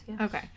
Okay